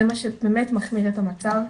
זה מה שבאמת מחמיר את המצב.